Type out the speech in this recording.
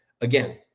Again